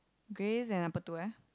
Grey's and apa itu eh